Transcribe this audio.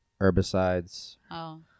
herbicides